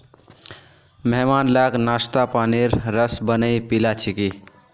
मेहमान लाक नाशपातीर रस बनइ पीला छिकि